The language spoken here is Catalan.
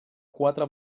quatre